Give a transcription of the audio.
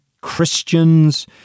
Christians